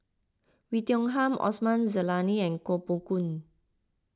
Oei Tiong Ham Osman Zailani and Koh Poh Koon